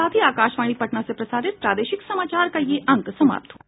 इसके साथ ही आकाशवाणी पटना से प्रसारित प्रादेशिक समाचार का ये अंक समाप्त हुआ